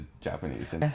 Japanese